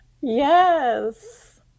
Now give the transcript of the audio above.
Yes